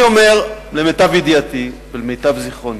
אני אומר, למיטב ידיעתי, למיטב זיכרוני,